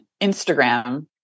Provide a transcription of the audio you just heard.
instagram